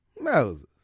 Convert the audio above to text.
moses